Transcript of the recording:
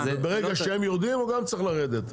אז ברגע שהם יורדים הוא גם צריך לרדת.